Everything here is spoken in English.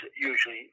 usually